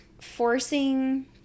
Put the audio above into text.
forcing